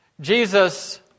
Jesus